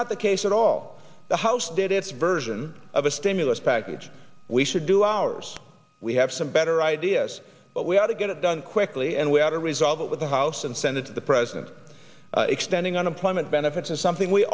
not the case at all the house did its version of a stimulus package we should do ours we have some better ideas but we ought to get it done quickly and we ought to resolve it with the house and senate the president extending unemployment benefits and something we